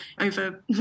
over